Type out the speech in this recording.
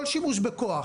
כל שימוש בכוח